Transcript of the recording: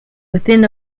within